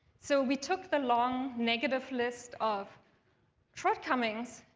so we took the long, negative list of shortcomings,